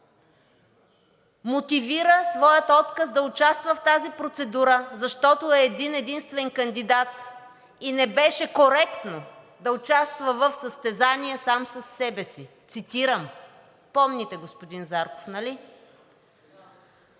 мотивира своя отказ да участва в тази процедура, защото е един единствен кандидат и не беше коректно да участва в състезание сам със себе си – цитирам. Помните, господин Зарков, нали?